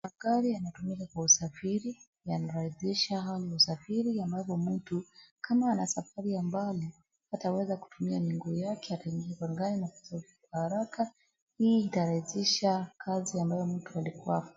Magari yanatumika kwa usafari, yanawezasha usafiri ambapo mtu kama ana safari ya mbali, hataweza kutumia miguu yake, atalilipa gari na kusafiri kwa haraka, hii itarahisisha kazi ambaye mtu alikuwa afanye.